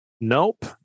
Nope